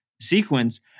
sequence